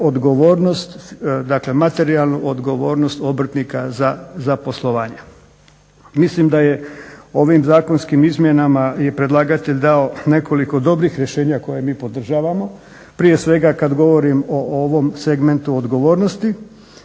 odgovornost dakle materijalnu odgovornost obrtnika za poslovanja. Mislim da je ovim zakonskim izmjenama je predlagatelj dao nekoliko dobrih rješenja koje mi podržavamo. Prije svega kada govorim o ovom segmentu odgovornosti.